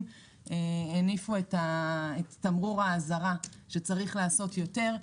הניפו את תמרור האזהרה שאמר שצריך לעשות יותר.